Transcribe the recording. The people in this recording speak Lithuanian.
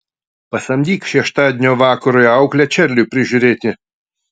pasamdyk šeštadienio vakarui auklę čarliui prižiūrėti